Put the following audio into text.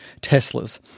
Teslas